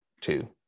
two